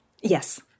Yes